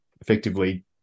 effectively